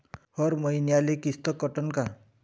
हर मईन्याले किस्त कटन का?